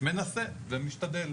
מנסה ומשתדל.